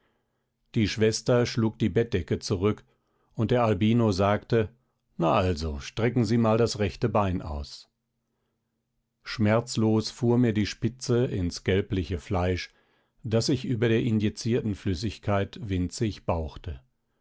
die schwester schlug die bettdecke zurück und der albino sagte na also strecken sie mal das rechte bein aus schmerzlos fuhr mir die spitze ins gelbliche fleisch das sich über der injizierten flüssigkeit winzig bauchte